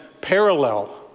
parallel